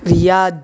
Riyadh